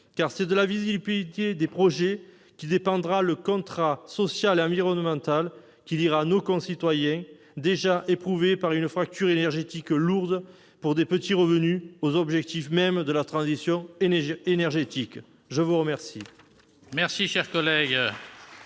en effet de la visibilité des projets que dépendra le contrat social et environnemental qui liera nos concitoyens, déjà éprouvés par une facture énergétique lourde pour les petits revenus, aux objectifs même de la transition énergétique. La parole